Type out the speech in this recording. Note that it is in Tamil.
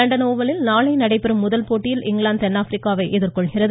லண்டன் ஓவலில் நாளை நடைபெறும் முதல் போட்டியில் இங்கிலாந்து தென்னாப்பிரிக்காவை எதிர்கொள்கிறது